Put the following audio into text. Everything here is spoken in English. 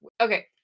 Okay